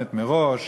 מכוונת מראש,